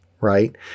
right